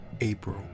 April